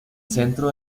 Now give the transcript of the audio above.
centro